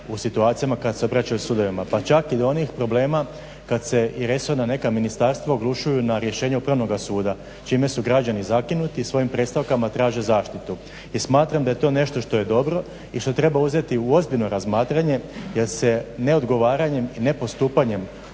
u situacijama kad se obraćaju sudovima, pa čak i do onih problema kad se i resorna neka ministarstva oglušuju na rješenja Upravnoga suda čime su građani zakinuti i svojim predstavkama traže zaštitu. I smatram da je to nešto što je dobro i što treba uzeti u ozbiljno razmatranje, jer se neodgovaranjem i nepostupanjem